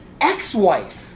ex-wife